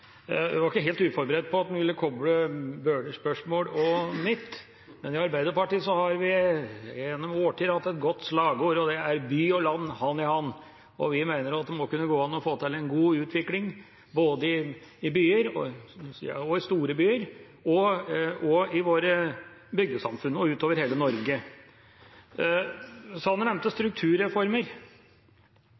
Jeg var ikke helt uforberedt på at han ville koble Bøhlers spørsmål og mitt, men i Arbeiderpartiet har vi gjennom årtier hatt et godt slagord, og det er: «By og land, hand i hand», og vi mener at det må kunne gå an å få til en god utvikling både i byer – også i store byer – og i våre bygdesamfunn, og utover i hele Norge. Sanner nevnte strukturreformer.